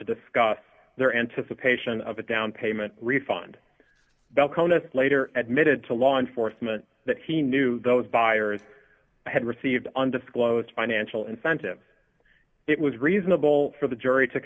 to discuss their anticipation of a down payment refund the conus later admitted to law enforcement that he knew those buyers had received undisclosed financial incentive it was reasonable for the jury to